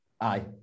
Aye